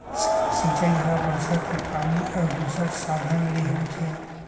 सिंचई ह बरसा के पानी अउ दूसर साधन ले होथे